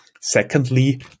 secondly